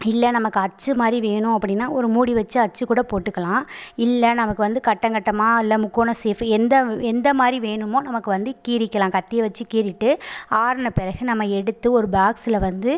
இல்லை நமக்கு அச்சு மாதிரி வேணும் அப்படின்னா ஒரு மூடி வச்சு அச்சு கூட போட்டுக்கலாம் இல்லை நமக்கு வந்து கட்டங் கட்டமாக இல்லை முக்கோணம் ஸேஃப்பு எந்த எந்த மாதிரி வேணுமோ நமக்கு வந்து கீறிக்கலாம் கத்தியை வச்சு கீறிட்டு ஆறின பிறகு நம்ம எடுத்து ஒரு பாக்ஸில் வந்து